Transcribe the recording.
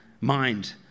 mind